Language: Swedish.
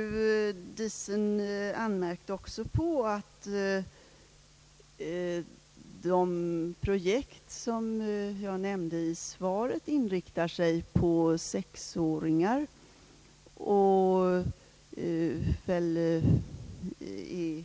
Fru Diesen anmärkte också på att de projekt som jag nämnde i svaret inriktar sig på sexåringar och väl är